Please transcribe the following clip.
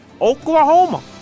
Oklahoma